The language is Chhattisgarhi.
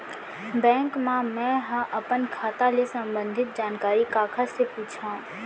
बैंक मा मैं ह अपन खाता ले संबंधित जानकारी काखर से पूछव?